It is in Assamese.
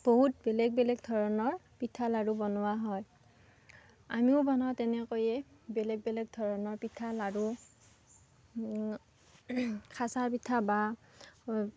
বহুত বেলেগ বেলেগ ধৰণৰ পিঠা লাড়ু বনোৱা হয় আমিও বনাও তেনেকৈয়ে বেলেগ বেলেগ ধৰণে পিঠা লাড়ু খাছা পিঠা বা